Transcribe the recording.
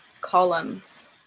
columns